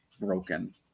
Broken